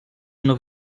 una